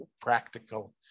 practical